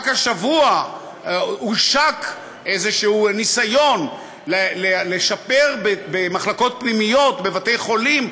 רק השבוע הושק איזשהו ניסיון לשפר במחלקות פנימיות בבתי-חולים,